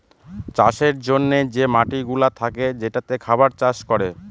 চাষের জন্যে যে মাটিগুলা থাকে যেটাতে খাবার চাষ করে